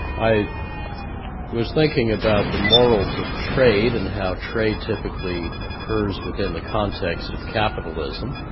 i was thinking about the morals of trade, and how trade typically occurs within the context of capitalism,